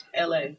LA